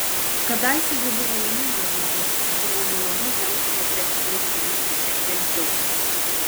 kadaise ji buvo laimingas žmogus ir buvo malonu vėl probėgšmais pajusti šiek tiek džiaugsmo